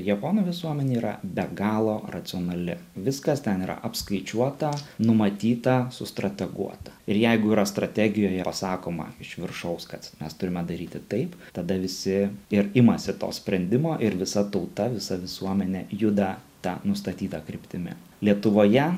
japonų visuomenė yra be galo racionali viskas ten yra apskaičiuota numatyta sustrateguota ir jeigu yra strategijoje pasakoma iš viršaus kad mes turime daryti taip tada visi ir imasi to sprendimo ir visa tauta visa visuomenė juda ta nustatyta kryptimi lietuvoje